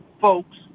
folks